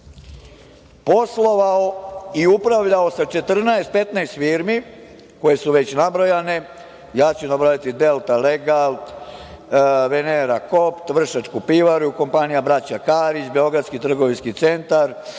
poslovao i upravljao sa 14-15 firmi koje su već nabrojane, ja ću nabrojati „Delta legal“, „Venera kop“, Vršačku pivaru, Kompanija „Braća Karić“, Beogradski trgovinski centar,